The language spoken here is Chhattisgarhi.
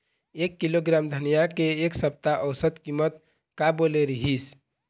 एक किलोग्राम धनिया के एक सप्ता औसत कीमत का बोले रीहिस?